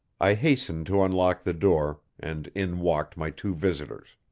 i hastened to unlock the door, and in walked my two visitors.